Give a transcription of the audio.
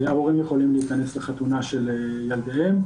הורים יכולים להיכנס לחתונה של ילדיהם.